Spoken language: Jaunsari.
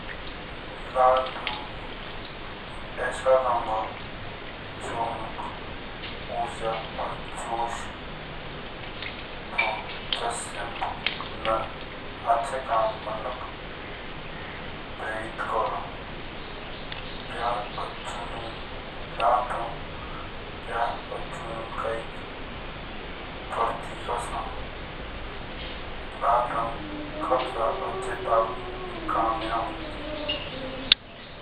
लाल रंग एक ऐसा रंग है जो मुख ऊर्जा और जोश दो। जस्से मुक अच्छे कामक प्रेरित करो प्यार और जुनून। लाल रंग प्यार अर्जुन का एक प्रतीक अउसो लाल रंग खतरा चेतावनी भी कम आओ।